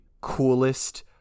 coolest